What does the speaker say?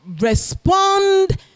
respond